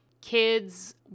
kids